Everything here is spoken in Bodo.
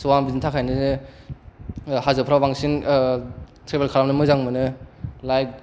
स' आं बिनि थाखायनो हाजोफ्राव बांसिन ट्रेभेल खालामनो मोजां मोनो लाइक